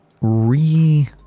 re